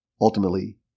ultimately